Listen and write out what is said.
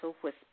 whisper